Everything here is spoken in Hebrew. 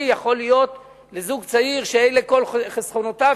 יכול להיות לזוג צעיר שאלה כל חסכונותיו,